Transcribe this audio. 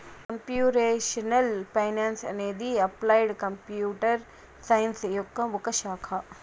computational finance అనేది applied computer science యొక్క ఒక శాఖ